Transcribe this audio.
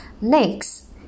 Next